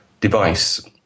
device